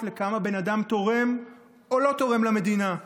לכמה בן אדם תורם או לא תורם למדינה,